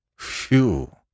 Phew